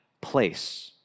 place